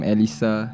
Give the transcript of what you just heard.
Elisa